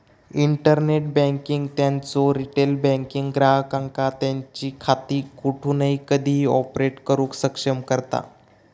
internet banking त्यांचो retail banking ग्राहकांका त्यांची खाती कोठूनही कधीही ऑपरेट करुक सक्षम करता